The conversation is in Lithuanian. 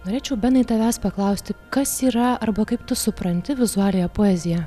norėčiau benai tavęs paklausti kas yra arba kaip tu supranti vizualiąją poeziją